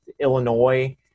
Illinois